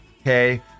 Okay